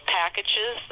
packages